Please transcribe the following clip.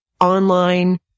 online